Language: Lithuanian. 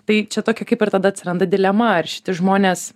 tai čia tokia kaip ir tada atsiranda dilema ar šiti žmonės